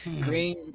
green